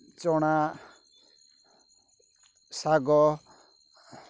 ଚଣା ଶାଗ